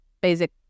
basic